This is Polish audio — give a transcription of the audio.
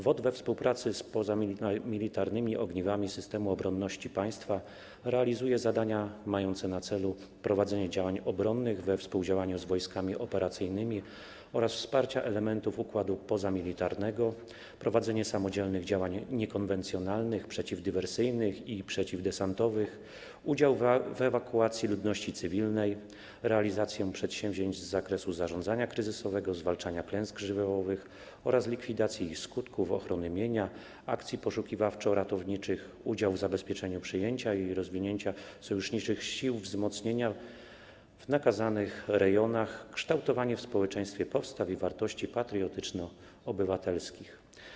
WOT we współpracy z pozamilitarnymi ogniwami systemu obronności państwa realizuje zadania mające na celu: prowadzenie działań obronnych we współdziałaniu z wojskami operacyjnymi oraz wsparcia elementów układu pozamilitarnego, prowadzenie samodzielnych działań niekonwencjonalnych, przeciwdywersyjnych i przeciwdesantowych, udział w ewakuacji ludności cywilnej, realizację przedsięwzięć z zakresu zarządzania kryzysowego, zwalczania klęsk żywiołowych oraz likwidacji ich skutków, ochrony mienia, akcji poszukiwawczo-ratowniczych, udział w zabezpieczeniu przyjęcia i rozwinięcia sojuszniczych sił wzmocnienia w nakazanych rejonach, kształtowanie w społeczeństwie postaw i wartości patriotyczno-obywatelskich.